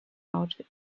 out